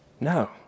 No